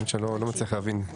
אני לא מצליח להבין,